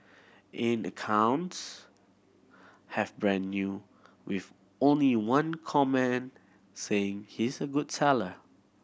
in accounts have brand new with only one comment saying he's a good seller